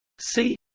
c